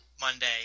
Monday